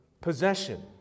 possession